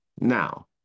Now